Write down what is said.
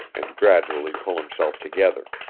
and gradually pull himself together.